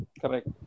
Correct